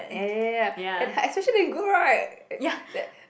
ya ya ya ya and her expression damn good right